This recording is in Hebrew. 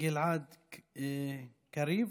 גלעד קריב,